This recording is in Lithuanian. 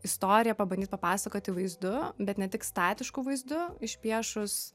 istoriją pabandyt papasakoti vaizdu bet ne tik statišku vaizdu išpiešus